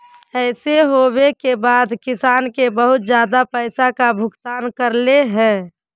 ऐसे होबे के बाद किसान के बहुत ज्यादा पैसा का भुगतान करले है?